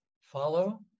Follow